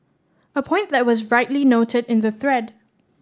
a point that was rightly noted in the thread